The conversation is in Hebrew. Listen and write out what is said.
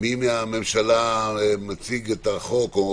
מי מהממשלה מציג את החוק?